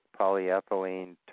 polyethylene